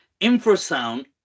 Infrasound